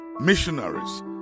missionaries